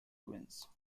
twins